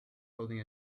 holding